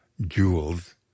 jewels